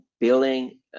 billing